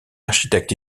architecte